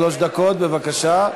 שלוש דקות, בבקשה.